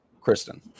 Kristen